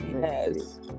Yes